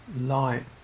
light